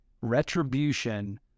retribution